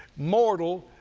mortal